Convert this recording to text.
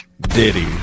Diddy